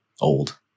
Old